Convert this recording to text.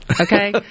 Okay